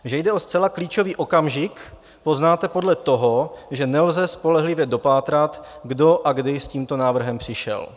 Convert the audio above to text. Že jde o zcela klíčový okamžik, poznáte podle toho, že nelze spolehlivě dopátrat, kdo a kdy s tímto návrhem přišel.